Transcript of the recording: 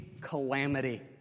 calamity